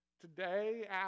today